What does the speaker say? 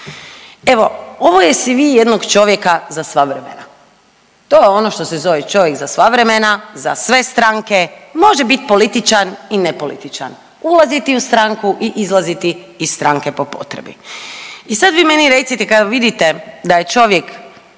Evo, ovo je CV jednog čovjeka za sva vremena. To je ono što se zove čovjek za sva vremena, za sve stranke, može biti političan i nepolitičan, ulaziti u stranku i izlaziti iz stranke po potrebi. I sad vi meni recite kad vidite da je čovjek